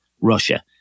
Russia